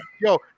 yo